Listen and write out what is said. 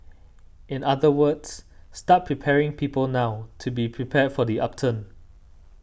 in other words start preparing people now to be prepared for the upturn